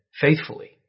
faithfully